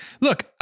Look